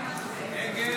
32 בעד, 60 נגד.